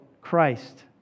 Christ